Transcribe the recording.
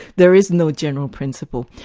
there is no general principle.